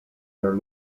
their